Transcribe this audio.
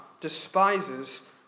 despises